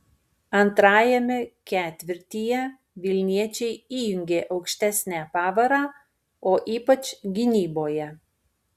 antrajame ketvirtyje vilniečiai įjungė aukštesnę pavarą o ypač gynyboje